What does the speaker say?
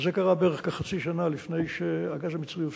זה קרה בערך חצי שנה לפני שהגז המצרי הופסק,